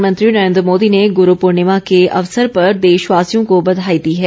प्रधानमंत्री नरेंद्र मोदी ने गुरु पूर्णिमा के अवसर पर देशवासियों को बधाई दी है